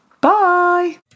bye